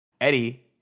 Eddie